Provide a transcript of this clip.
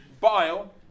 Bile